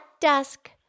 dusk